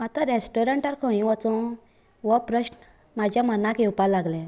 आता रेस्टोरंटार खंय वचो हो प्रश्न म्हाज्या मनाक येवपाक लागले